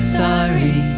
sorry